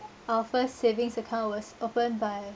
our first savings account was opened by